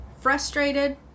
frustrated